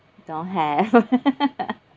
don't have